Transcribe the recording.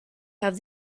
have